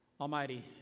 Almighty